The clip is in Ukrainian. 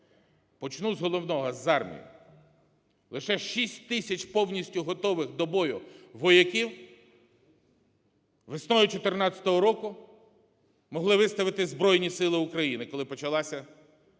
Почну з головного – з армії. Лише 6 тисяч повністю готових до бою вояків весною 2014 року могли виставити Збройні Сили України, коли почалася агресія